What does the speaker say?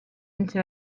into